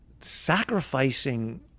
Sacrificing